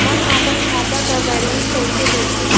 हम आपन खाता क बैलेंस कईसे देखी?